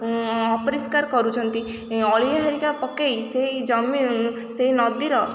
ଅପରିଷ୍କାର କରୁଛନ୍ତି ଅଳିଆ ହେରିକା ପକେଇ ସେଇ ଜମି ସେଇ ନଦୀର